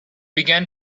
began